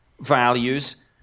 values